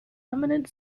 eminent